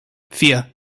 vier